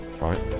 Right